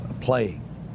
playing